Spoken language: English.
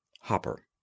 Hopper